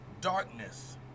darkness